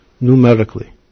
numerically